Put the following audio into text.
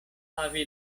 havi